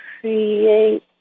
create